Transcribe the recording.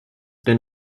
been